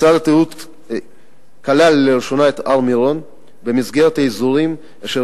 משרד התיירות כלל לראשונה את הר-מירון במסגרת האזורים אשר